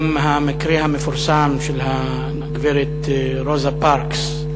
גם המקרה המפורסם של הגברת רוזה פארקס,